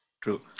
True